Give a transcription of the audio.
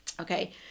Okay